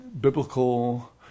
biblical